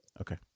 Okay